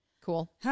Cool